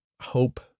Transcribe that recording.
hope